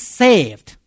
saved